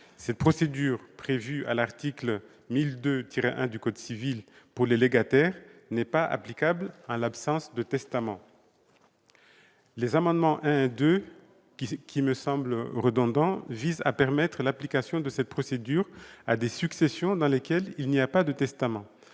Cette procédure, prévue à l'article 1002-1 du code civil pour les légataires, n'est pas applicable en l'absence de testament. Les amendements n 1 et 2, qui me semblent redondants, visent à permettre l'application de ladite procédure à des successions dans lesquelles il n'y a pas de testament.